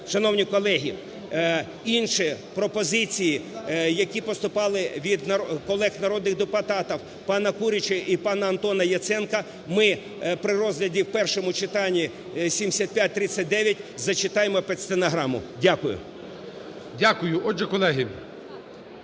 Шановні колеги, інші пропозиції, які поступали від колег народних депутатів пана Курячого і пана Антона Яценка, ми при розгляді в першому читанні 7539 зачитаємо під стенограму. Дякую. ГОЛОВУЮЧИЙ. Дякую. Отже, колеги,